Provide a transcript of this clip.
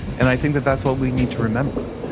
and i think that that's what we need to remember,